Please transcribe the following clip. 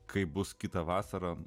kaip bus kitą vasarą